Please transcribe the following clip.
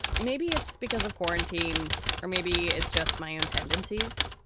maybe it's because of quarantine or maybe it's just my own tendencies.